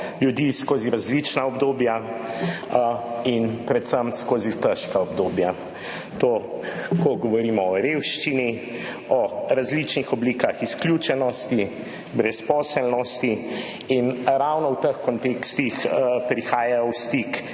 ljudi skozi različna obdobja in predvsem skozi težka obdobja. Ko govorimo o revščini, o različnih oblikah izključenosti, brezposelnosti, ravno v teh kontekstih prihajajo v stik